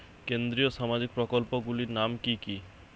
কেন্দ্রীয় সামাজিক প্রকল্পগুলি নাম কি কি?